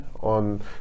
on